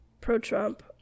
pro-trump